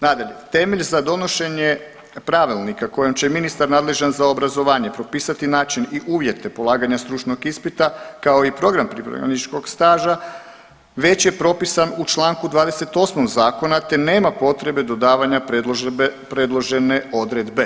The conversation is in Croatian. Nadalje, temelj za donošenje pravilnika kojim će ministar nadležan za obrazovanje propisati način i uvjete polaganja stručnog ispita kao i program pripravničkog staža već je propisan u članku 28. zakona, te nema potrebe dodavanja predložene odredbe.